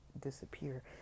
disappear